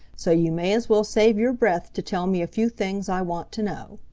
so you may as well save your breath to tell me a few things i want to know.